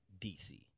DC